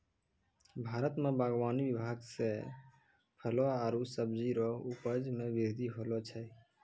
भारत मे बागवानी विभाग से फलो आरु सब्जी रो उपज मे बृद्धि होलो छै